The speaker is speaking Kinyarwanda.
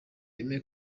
yemeye